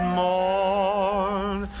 morn